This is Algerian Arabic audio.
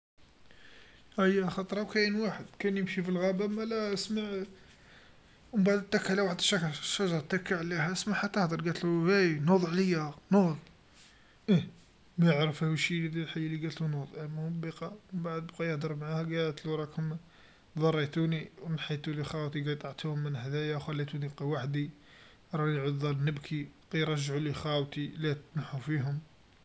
أيا خطرا و كاين واحد، كان يمشي في الغابه مالا سمع منبعد تكلا وحد شهر شجر تكا عليها سمعها تهدر آي نوض عليا نوض، أه ما يعرفها واش هاذي الحيا لقاتلو نوض المنبقى، منبعد بقى يهدر معاها قاتله راكم ضريتوني و محيتولي خاوتي قلعتوهم من حدايا و خليتوني نبقى وحدي، راني نعود نظل نبكي غ رجعولي خاوتي علاه تنحو فيهم.